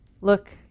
look